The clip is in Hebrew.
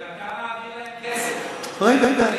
אבל אתה מעביר להם כסף, הרבה.